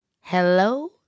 Hello